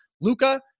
Luca